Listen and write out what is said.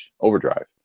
Overdrive